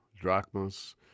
drachmas